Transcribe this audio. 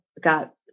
got